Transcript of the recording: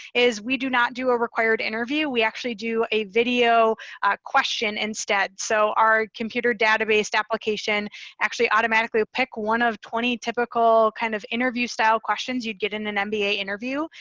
is we do not do a required interview. we actually do a video question instead. so our computer data-based application actually will automatically pick one of twenty typical kind of interview style questions you'd get in an mba interview.